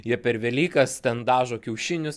jie per velykas ten dažo kiaušinius